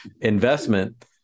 investment